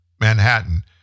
Manhattan